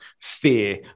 fear